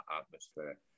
atmosphere